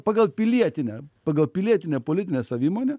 pagal pilietinę pagal pilietinę politinę savimonę